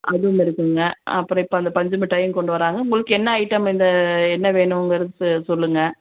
அது ஒன்று இருக்குங்க அப்புறோம் இப்போ இந்த பஞ்சு மிட்டாய் கொண்டு வராங்க உங்களுக்கு என்ன ஐட்டம் இந்த என்ன வேணுங்குறது சொல்லுங்கள்